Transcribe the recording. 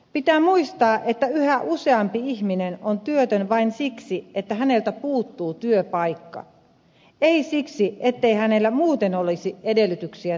pitää muistaa että yhä useampi ihminen on työtön vain siksi että häneltä puuttuu työpaikka ei siksi ettei hänellä muuten olisi edellytyksiä työllistyä